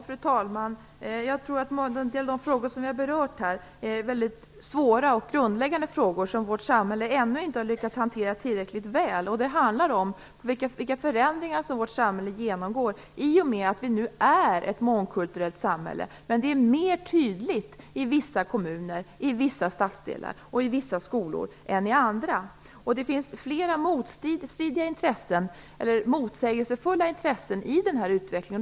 Fru talman! Jag tror att de frågor som vi har berört är mycket svåra och grundläggande frågor som vårt samhälle ännu inte har lyckats hantera tillräckligt väl. Det handlar om vilka förändringar som vårt samhälle genomgår i och med att vi nu har ett mångkulturellt samhälle. Men det är mer tydligt i vissa kommuner, i vissa stadsdelar och i vissa skolor än i andra. Det finns flera motsägelsefulla intressen i den här utvecklingen.